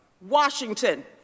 Washington